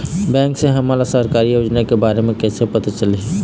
Bank से हमन ला सरकारी योजना के बारे मे कैसे पता चलही?